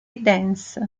dance